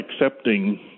accepting